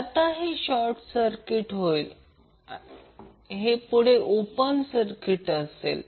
तर आता हे शॉर्ट सर्किट होईल हे ओपन सर्किट असेल